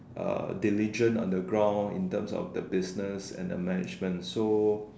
uh diligent on the ground in terms of the business and the management so